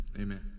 Amen